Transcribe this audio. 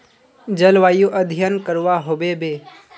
जलवायु अध्यन करवा होबे बे?